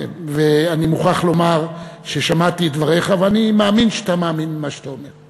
ואני מוכרח לומר ששמעתי את דבריך ואני מאמין שאתה מאמין במה שאתה אומר.